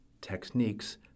techniques